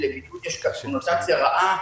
כי לבידוד יש קונוטציה רעה.